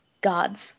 God's